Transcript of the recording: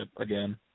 again